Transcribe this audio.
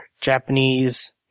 Japanese